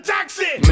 Taxi